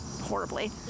horribly